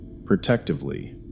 protectively